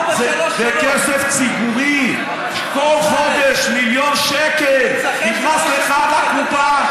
זה כסף ציבורי, כל חודש מיליון שקל נכנס לך לקופה.